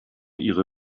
ihre